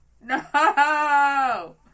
no